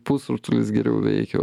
pusrutulis geriau veikia